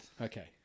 Okay